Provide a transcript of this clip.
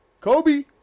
kobe